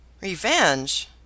Revenge